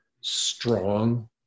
strong